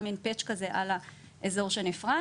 שם מין תלאי כזה על האזור שנפרץ,